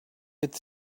it’s